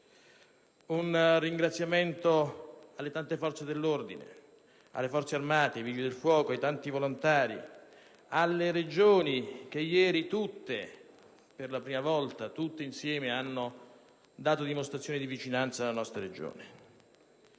Un ringraziamento va alle forze dell'ordine, alle Forze armate, ai Vigili del fuoco e ai tanti volontari, alle Regioni che ieri, per la prima volta, tutte insieme hanno dato dimostrazione di vicinanza alla nostra Regione.